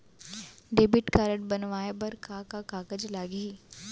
Debit card बनवाये बर का का कागज लागही?